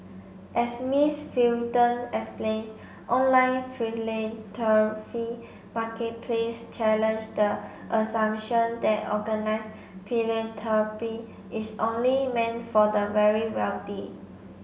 as Miss Fulton explains online philanthropy marketplace challenge the assumption that organised philanthropy is only meant for the very wealthy